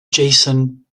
jason